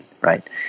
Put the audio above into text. Right